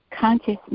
consciousness